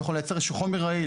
יכול לייצר איזשהו חומר רעיל,